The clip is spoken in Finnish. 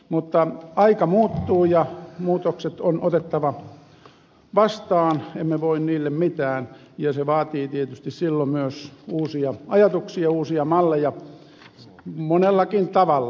mutta aika muuttuu ja muutokset on otettava vastaan emme voi niille mitään ja se vaatii tietysti silloin myös uusia ajatuksia uusia malleja monellakin tavalla